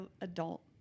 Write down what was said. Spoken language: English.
adult